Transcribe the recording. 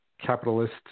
capitalist